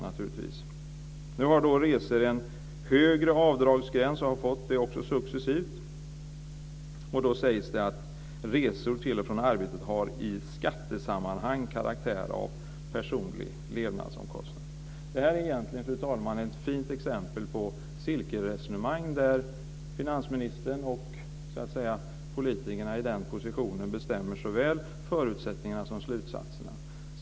Resor har successivt fått en högre avdragsgräns, och det sägs att resor till och från arbetet i skattesammanhang har karaktär av personlig levnadsomkostnad. Det här är egentligen, fru talman, ett fint exempel på cirkelresonemang, där finansministern och politikerna i den positionen bestämmer såväl förutsättningarna som slutsatserna.